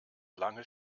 lange